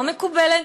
לא מקובלת.